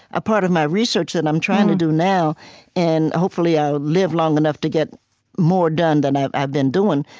a part of my research that i'm trying to do now and hopefully, i'll live long enough to get more done than i've i've been doing,